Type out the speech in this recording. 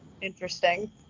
interesting